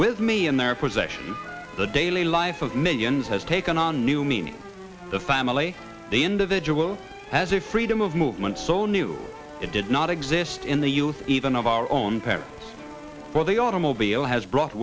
with me in their possession the daily life of millions has taken on new meaning the family the individual has a freedom of movement so new it did not exist in the us even of our own parents or the automobile has brought